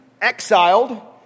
exiled